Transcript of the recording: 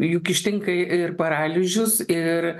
juk ištinka ir paralyžius ir